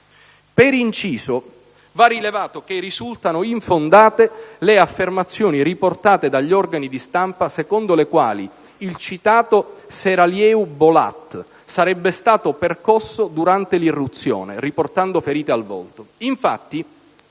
Per inciso va rilevato che risultano infondate le affermazioni riportate dagli organi di stampa secondo le quali il citato Seraliyeu Bolat sarebbe stato percosso durante l'irruzione, riportando ferite al volto. Infatti